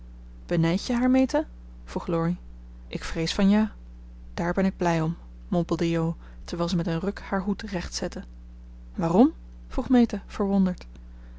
je haar meta vroeg laurie ik vrees van ja daar ben ik blij om mompelde jo terwijl ze met een ruk haar hoed rechtzette waarom vroeg meta verwonderd